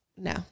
No